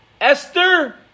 Esther